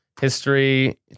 History